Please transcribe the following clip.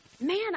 Man